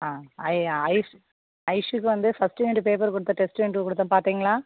ஆ ஐ ஐஸ்க் ஐஸுக்கு வந்து ஃபர்ஸ்டு யூனிட் பேப்பர் கொடுத்தேன் டெஸ்டு யூனிட் கொடுத்தேன் பார்த்தீங்களா